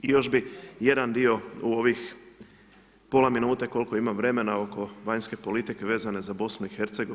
I još bih jedan dio u ovih pola minute, koliko imam vremena, oko vanjske politike vezane za BiH.